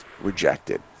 rejected